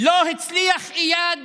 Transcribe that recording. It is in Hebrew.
לא הצליח איאד